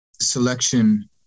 selection